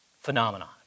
phenomenon